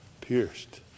pierced